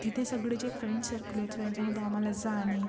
तिथे सगळे जे फ्रेंडसर्कल होते त्यांच्यामध्ये आम्हाला जाने